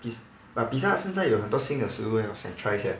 this but Pizza Hut 现在有很多新的事物 eh 我想 try 一下 leh